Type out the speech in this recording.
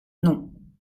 non